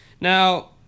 Now